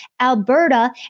Alberta